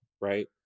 right